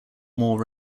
more